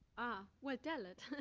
ah. well, tell it.